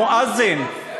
המואזין,